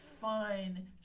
fine